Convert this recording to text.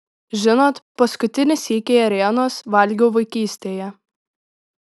žinot paskutinį sykį ėrienos valgiau vaikystėje